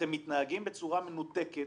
אתם מתנהגים בצורה לא מנותקת